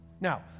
Now